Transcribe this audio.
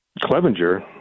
Clevenger